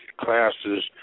classes